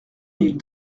mille